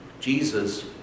Jesus